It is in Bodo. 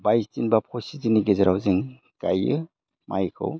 बायस दिन बा फसिस दिननि गेजेराव जों गायो माइखौ